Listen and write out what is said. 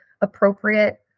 appropriate